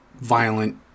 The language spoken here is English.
violent